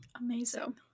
Amazing